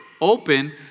open